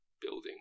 building